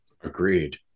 Agreed